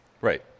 Right